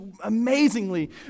amazingly